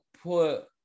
put